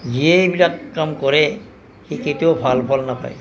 যিয়ে এইবিলাক কাম কৰে সি কেতিয়াও ভাল ফল নাপায়